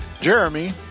Jeremy